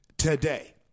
today